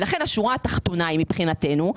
לכן השורה התחתונה היא מבחינתנו,